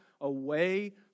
away